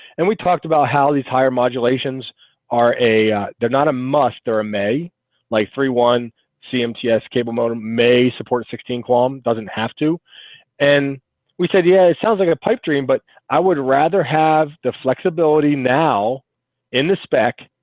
and talked about how these higher modulations are a they're not a must or a may like thirty one cm ts. cable. modem may support sixteen qualms doesn't have to and we said yeah, it sounds like a pipe dream, but i would rather have the flexibility now in the spec